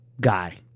guy